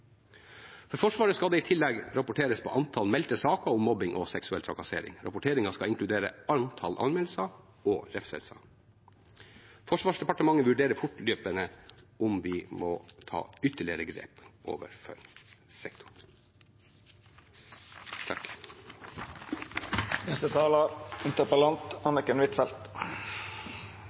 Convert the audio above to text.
For Forsvaret skal det i tillegg rapporteres på antall meldte saker om mobbing og seksuell trakassering. Rapporteringen skal inkludere antall anmeldelser og refselser. Forsvarsdepartementet vurderer fortløpende om vi må ta ytterligere grep overfor sektoren.